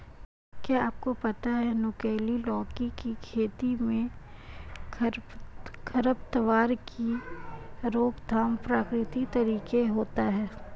क्या आपको पता है नुकीली लौकी की खेती में खरपतवार की रोकथाम प्रकृतिक तरीके होता है?